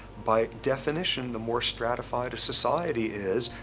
by definition, the more stratified a society is,